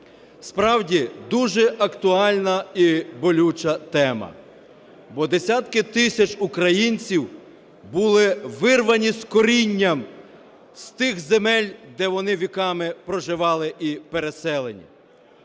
Справді, дуже актуальна і болюча тема, бо десятки тисяч українців були вирвані з коріннями з тих земель, де вони віками проживали, і переселені,